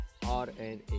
RNA